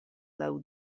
laŭ